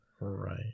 right